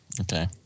Okay